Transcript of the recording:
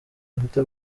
afite